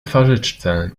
twarzyczce